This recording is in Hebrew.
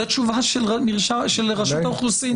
זו תשובה של רשות האוכלוסין.